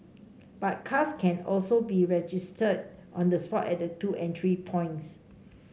but cars can also be registered on the spot at the two entry points